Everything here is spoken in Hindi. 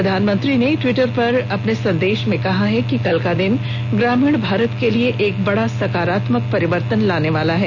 प्रधानमंत्री ने टिवटर पर अपने एक सन्देश में कहा है कि कल का दिन ग्रामीण भारत के लिए एक बड़ा सकारात्मक परिवर्तन लाने वाला है